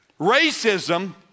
Racism